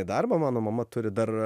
į darbą mano mama turi dar